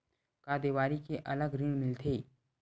का देवारी के अलग ऋण मिलथे?